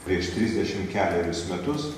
prieš trisdešimt kelerius metus